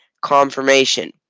confirmation